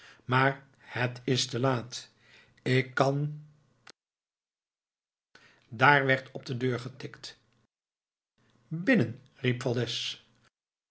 maar het is te laat ik kan daar werd op de deur getikt binnen riep